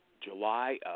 July